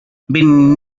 been